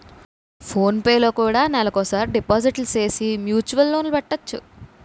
phone పేలో కూడా నెలకోసారి డిపాజిట్లు సేసి మ్యూచువల్ లోన్ పెట్టొచ్చు